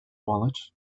wallet